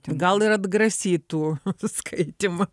gal ir atgrasytų skaitymą